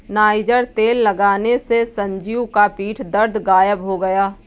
niger तेल लगाने से संजीव का पीठ दर्द गायब हो गया